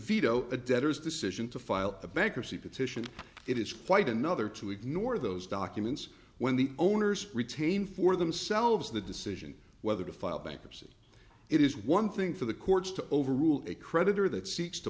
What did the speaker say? veto a debtors this sition to file the bankruptcy petition it is quite another to ignore those documents when the owners retain for themselves the decision whether to file bankruptcy it is one thing for the courts to overrule a creditor that seeks to